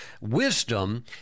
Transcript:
wisdom